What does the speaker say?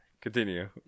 Continue